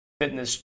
fitness